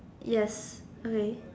yes okay